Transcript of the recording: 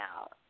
out